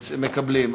מקבלים.